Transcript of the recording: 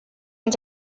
und